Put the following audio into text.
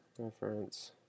Reference